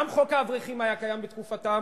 גם חוק האברכים היה קיים בתקופתם,